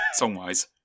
Songwise